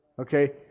Okay